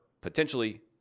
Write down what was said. potentially